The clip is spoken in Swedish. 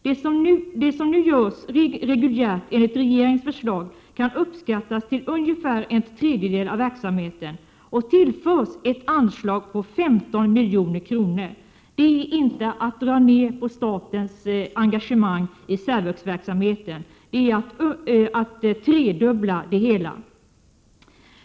Det som nu görs reguljärt enligt Komp etensinriktad eringens förslag kan uppskattas till ungefär en tredjedel av verksamheten VUXEN TOR och lr s sla re a 3 psykiskt utvecklings och tillförs ett anslag på 15 milj.kr. Det innebär inte att man drar ned på statens engagemang i särvuxverksamheten, utan innebär i stället att verksamheten trefaldigas.